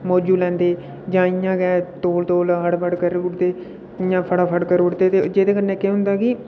मोजू लैंदे जां इ'यां गै तौल तौल ह बडं करी ओड़दे इ'यां फटा फट करी ओड़दे दे ते औह्दे कन्नै के होंदा के